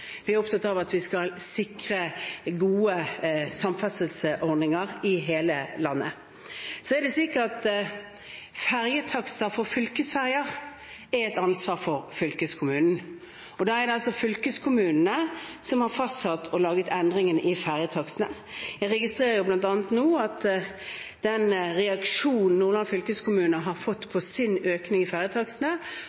Vi er opptatt av at vi skal sikre gode samferdselsordninger i hele landet. Så er det slik at fergetakster for fylkesferger er et ansvar for fylkeskommunen, og det er fylkeskommunene som har fastsatt og laget endringene i fergetakstene. Jeg registrerer nå bl.a. at den reaksjonen Nordland fylkeskommune har fått